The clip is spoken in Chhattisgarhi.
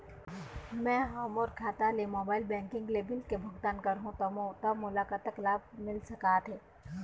मैं हा मोर खाता ले मोबाइल बैंकिंग ले बिल के भुगतान करहूं ता मोला कतक लाभ मिल सका थे?